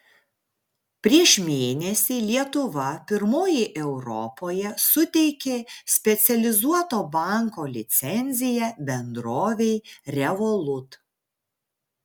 prieš mėnesį lietuva pirmoji europoje suteikė specializuoto banko licenciją bendrovei revolut